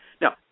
Now